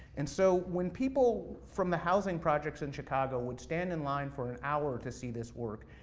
and so, when people from the housing projects in chicago, would stand in line for an hour to see this work,